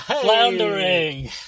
Floundering